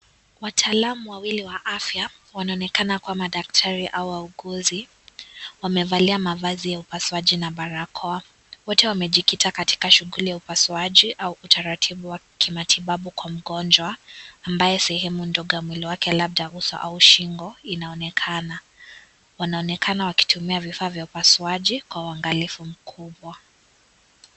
Wataalamu wawili wa afya wanaonekana kuwa madaktari au wauguzi wamevalia mavazi ya upasuaji na barakoa. Wote wamejikita katika shughuli ya upasuaji na utaratibu wa kimatibabu wa mgonjwa ambaye sehemu ndogo ya mwili wake labda usobau shingo inaonekana. Wanaonekana wakitumia vifaa vya upasuaji kwa uangalifu mkubwa.